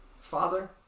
Father